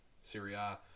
Syria